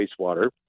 wastewater